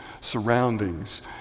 surroundings